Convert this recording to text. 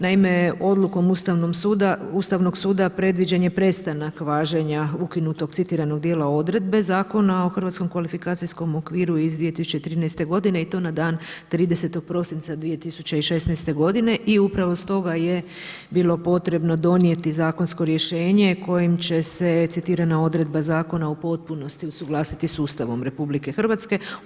Naime, Odlukom Ustavnog suda predviđen je prestanak važenja ukinutog citiranog dijela odredbe Zakona o hrvatskom kvalifikacijskom okviru iz 2013. godine i to na dan 30. prosinca 2016. godine i upravo stoga je bilo potrebno donijeti zakonsko rješenje kojim će se citirana odredba Zakona u potpunosti usuglasiti s Ustavom Republike Hrvatske.